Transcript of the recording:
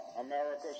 America